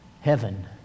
heaven